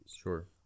Sure